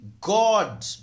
God